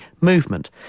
movement